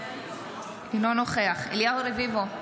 אינו נוכח אליהו רביבו,